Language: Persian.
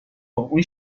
اون